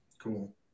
Cool